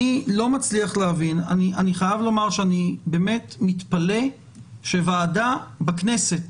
אני לא מצליח להבין אני מתפלא שוועדה בכנסת